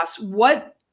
what-